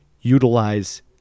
utilize